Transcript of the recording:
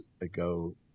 ago